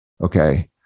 Okay